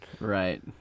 Right